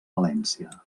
valència